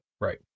Right